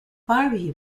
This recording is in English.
barbie